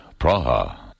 Praha